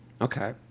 Okay